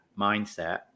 mindset